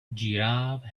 giraffe